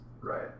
right